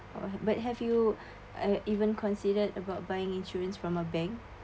uh but have you uh even considered about buying insurance from a bank